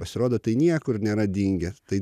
pasirodo tai niekur nėra dingę tai